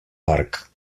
parc